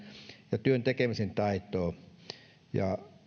ja työn tekemisen taitoa ja